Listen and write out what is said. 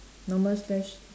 normal slash